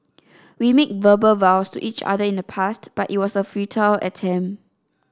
we made verbal vows to each other in the past but it was a futile attempt